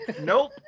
Nope